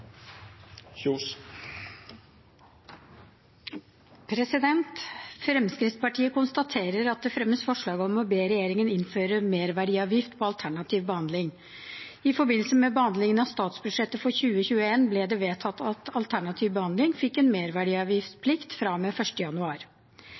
Fremskrittspartiet konstaterer at det fremmes forslag om å be regjeringen innføre merverdiavgift på alternativ behandling. I forbindelse med behandlingen av statsbudsjettet for 2021 ble det vedtatt at alternativ behandling skulle få en